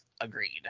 agreed